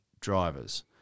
drivers